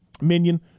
Minion